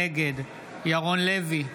נגד ירון לוי,